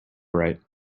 right